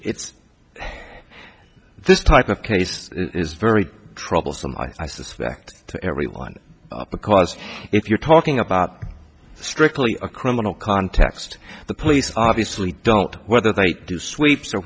it's this type of case is very troublesome i suspect to everyone because if you're talking about strictly a criminal context the police obviously don't whether they do sweeps or